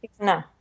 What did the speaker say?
No